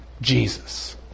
Jesus